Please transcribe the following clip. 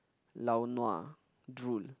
lao nua drool